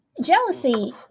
jealousy